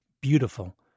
beautiful